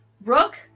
Rook